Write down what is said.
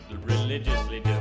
religiously